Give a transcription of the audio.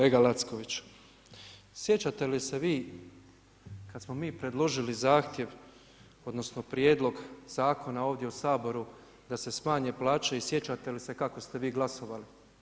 Kolega Lacković, sjećate li se vi kad smo mi predložili zahtjev, odnosno, prijedlog zakona ovdje u saboru, da se smanje plaće i sjećate li se kako ste vi glasovali.